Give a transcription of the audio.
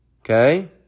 Okay